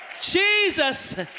Jesus